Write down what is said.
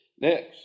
Next